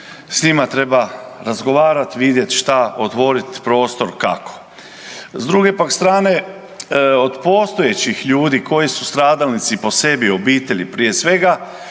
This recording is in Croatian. s njima treba razgovarat vidjet šta otvorit prostor kako. S druge pak strane od postojećih ljudi koji su stradalnici po sebi obitelji prije svega